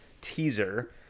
teaser